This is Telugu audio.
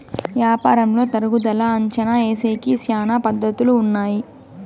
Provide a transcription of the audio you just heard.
యాపారంలో తరుగుదల అంచనా ఏసేకి శ్యానా పద్ధతులు ఉన్నాయి